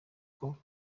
kuko